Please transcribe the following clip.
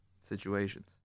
situations